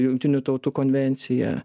jungtinių tautų konvencija